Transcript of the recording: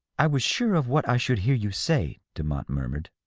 i was sure of what i should hear you say, demotte murmured.